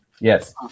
Yes